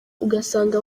usanga